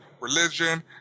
religion